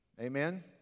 Amen